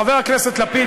חבר הכנסת לפיד,